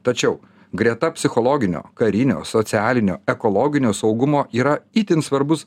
tačiau greta psichologinio karinio socialinio ekologinio saugumo yra itin svarbus